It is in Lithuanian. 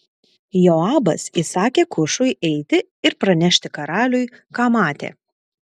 joabas įsakė kušui eiti ir pranešti karaliui ką matė